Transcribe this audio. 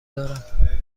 دارم